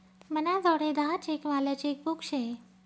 मनाजोडे दहा चेक वालं चेकबुक शे